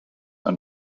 and